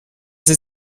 sie